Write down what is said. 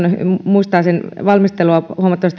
muistaa sen valmistelun huomattavasti